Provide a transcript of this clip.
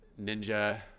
Ninja